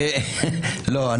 לא.